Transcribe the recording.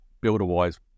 builder-wise